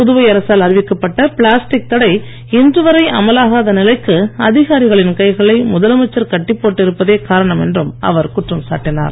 புதுவை அரசால் அறிவிக்கப்பட்ட பிளாஸ்டிக் தடை இன்று வரை அமலாகாத நிலைக்கு அதிகாரிகளின் கைகளை முதலமைச்சர் கட்டிப் போட்டு இருப்பதே காரணம் என்றும் அவர் குற்றம் சாட்டினார்